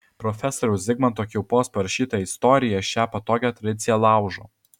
profesoriaus zigmanto kiaupos parašyta istorija šią patogią tradiciją laužo